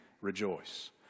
rejoice